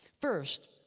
First